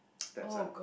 step son